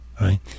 Right